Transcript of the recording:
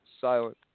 silent